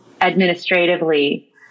administratively